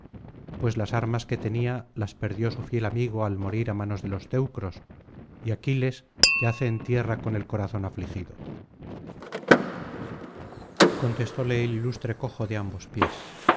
pues las armas que tenía las perdió su fiel amigo al morir á manos de los teucros y aquiles yace en tierra con el corazón afligido contestóle el ilustre cojo de ambos pies